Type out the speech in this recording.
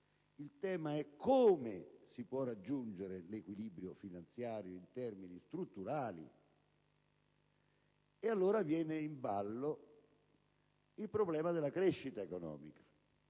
Il tema é: come si può raggiungere l'equilibrio finanziario in termini strutturali? E allora viene in ballo il problema della crescita economica.